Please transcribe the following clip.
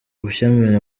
ubushyamirane